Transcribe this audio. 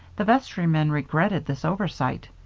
the vestrymen regretted this oversight.